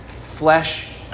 Flesh